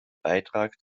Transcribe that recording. beitrag